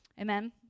amen